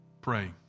Pray